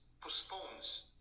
postpones